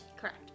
Correct